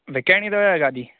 विकिणणी अथव जा गाॾी